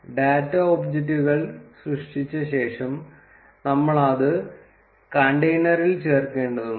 data ഒബ്ജക്റ്റുകൾ സൃഷ്ടിച്ച ശേഷം നമ്മൾ അത് കണ്ടെയ്നറിൽ ചേർക്കേണ്ടതുണ്ട്